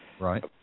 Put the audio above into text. Right